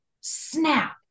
snap